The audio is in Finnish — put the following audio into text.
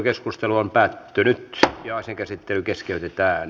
keskustelu päättyi ja asian käsittely keskeytettiin